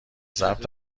ضبط